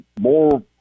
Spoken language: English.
more